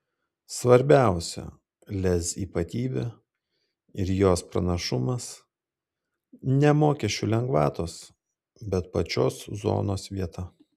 svarbiausia lez ypatybė ir jos pranašumas ne mokesčių lengvatos bet pačios zonos vieta